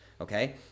okay